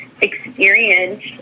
experience